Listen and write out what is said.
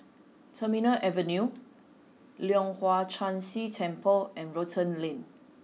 Terminal Avenue Leong Hwa Chan Si Temple and Rotan Lane